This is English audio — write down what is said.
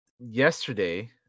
yesterday